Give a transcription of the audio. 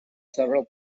several